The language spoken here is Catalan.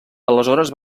aleshores